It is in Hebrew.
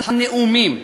הנאומים,